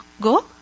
go